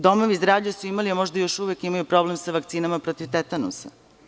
Domovi zdravlja su imali, a možda još uvek imaju, problem sa vakcinama protiv tetanusa.